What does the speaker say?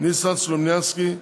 ניסן סלומינסקי,